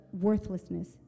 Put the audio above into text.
worthlessness